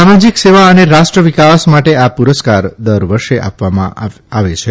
સામાજિક સેવા અને રાષ્ટ્રવિકાસ માટે આ પુરસ્કાર દર વર્ષે આપવામાં આવે છે